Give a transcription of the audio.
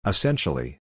Essentially